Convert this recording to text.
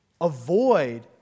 avoid